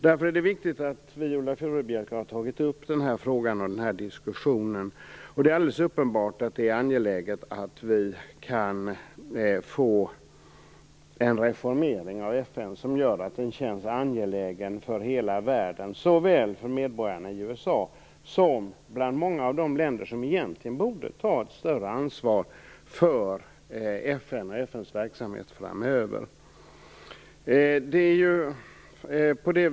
Därför är det viktigt att som Viola Furubjelke ta upp den här frågan och den här diskussionen. Det är alldeles uppenbart att det är angeläget att vi kan få en reformering av FN som gör att det känns angeläget för hela världen, såväl för medborgarna i USA som för många av de länder som egentligen borde ta ett större ansvar för FN och FN:s verksamhet framöver.